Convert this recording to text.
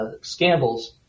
scandals